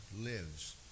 lives